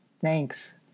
Thanks